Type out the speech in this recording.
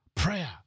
Prayer